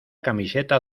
camiseta